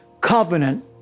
covenant